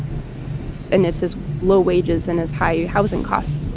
and it's his low wages and his high housing costs